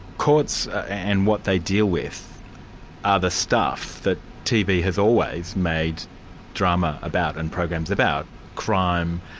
courts and what they deal with are the stuff that tv has always made drama about, and programs about crime,